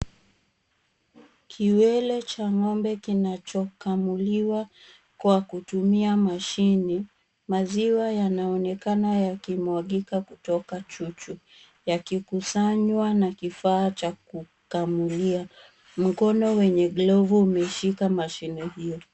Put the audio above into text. Kiwele cha ng'ombe kinachokamuliwa kwa kutumia mashini. Maziwa yanaonekana yakimwagika kutoka chuchu, yakikusanywa na kifaa cha kukamulia. Mkono wenye glovu umeshika mashini hiyo.